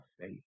faith